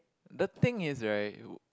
the thing is right